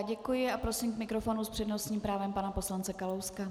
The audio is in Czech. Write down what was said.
Děkuji a prosím k mikrofonu s přednostním právem pana poslance Kalouska.